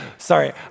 Sorry